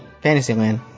Fantasyland